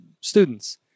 students